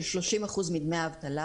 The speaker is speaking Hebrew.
של 30% מדמי האבטלה.